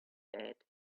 bed